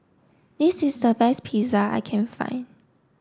this is the best Pizza I can find